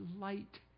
light